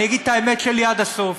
אני אגיד את האמת שלי עד הסוף.